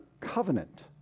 covenant